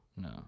No